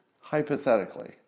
Hypothetically